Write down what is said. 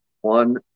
one